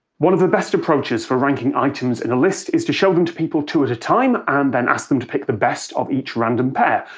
one of the best approaches for ranking items in a list is to show them to people two at a time, and then ask them to pick the best of each random pair.